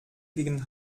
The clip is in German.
gegen